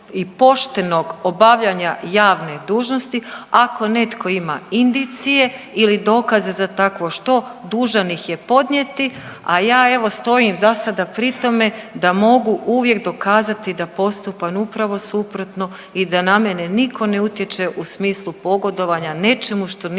i poštenog obavljanja javne dužnosti, ako netko ima indicije ili dokaze za takvo što, dužan ih je podnijeti, a ja evo stojim za sada pri tome da mogu uvijek dokazati da postupam upravo suprotno i da na mene nitko ne utječe u smislu pogodovanja nečemu što nije